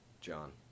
John